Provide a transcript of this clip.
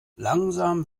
langsam